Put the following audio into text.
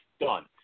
done